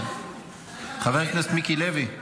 חבר הכנסת מיקי לוי,